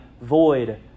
void